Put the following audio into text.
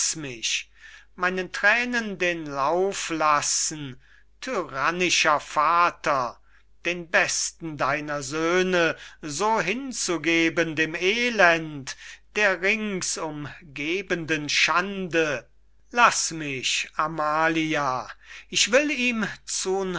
mich meinen thränen den lauf lassen tyrannischer vater den besten deiner söhne so hinzugeben dem elend der ringsumgebenden schande laß mich amalia ich will ihm zu